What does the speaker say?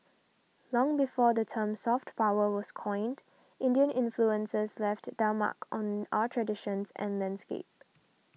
long before the term soft power was coined Indian influences left their mark on our traditions and landscape